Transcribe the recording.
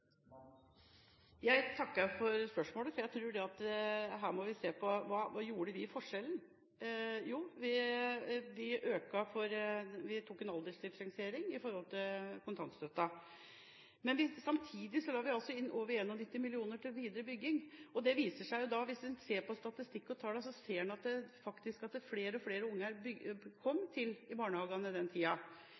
Jeg takker for spørsmålet. Jeg tror at her må vi se på hva vi gjorde forskjellig. Vi innførte en aldersdifferensiering av kontantstøtten, men samtidig la vi inn over 91 mill. kr til videre bygging, og det viser seg, hvis en ser på statistikk og tall, at flere og flere unger kom inn i barnehagene i den tida. Men man må bygge parallelt med at man innfører kontantstøtte, og det gjør vi. Derfor har vi vært veldig kritiske til